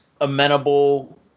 amenable